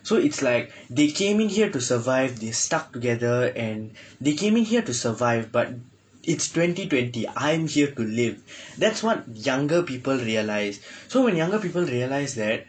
so it's like they came in here to survive they've stuck together and they came in here to survive but it's twenty twenty I am here to live that's what younger people realise so when younger people realise that